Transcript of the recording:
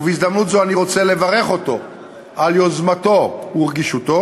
ובהזדמנות זו אני רוצה לברך אותו על יוזמתו ורגישותו,